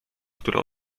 które